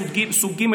סוג ג',